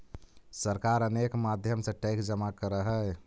सरकार अनेक माध्यम से टैक्स जमा करऽ हई